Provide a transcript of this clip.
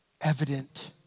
evident